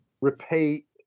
repeat